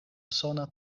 usona